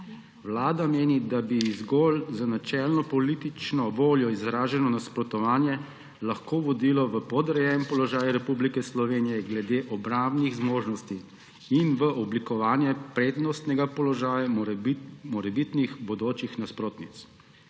Vlada meni, da bi zgolj z načelno politično voljo izraženo nasprotovanje lahko vodilo v podrejen položaj Republike Slovenije glede obrambnih zmožnosti in v oblikovanje prednostnega položaja morebitnih bodočih nasprotnic.